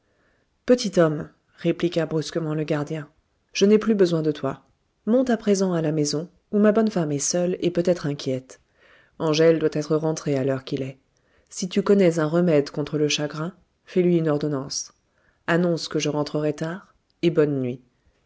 petit homme répliqua brusquement le gardien je n'ai plus besoin de toi monte à présent à la maison où ma bonne femme est seule et peut-être inquiète angèle doit être rentrée à l'heure qu'il est si tu connais un remède contre le chagrin fais-lui une ordonnance annonce que je rentrerai tard et bonne nuit